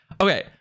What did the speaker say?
Okay